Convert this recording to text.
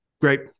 Great